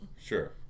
Sure